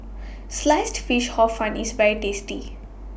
Sliced Fish Hor Fun IS very tasty